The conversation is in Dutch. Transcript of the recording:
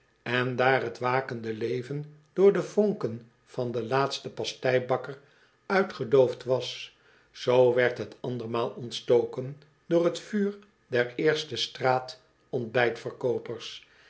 en daar t wakende leven door de vonken van den laatsten pasteibakker uitgedoofd was zoo werd het andermaal ontstoken door t vuur der eerste straat ontbijtverkoopers